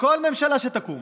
לכל ממשלה שתקום